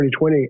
2020